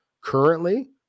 currently